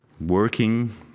working